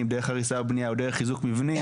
דרך הריסה ובנייה או דרך חיזוק מבנים,